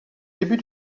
début